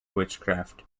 witchcraft